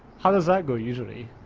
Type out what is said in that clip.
how does that go? usually?